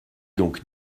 donc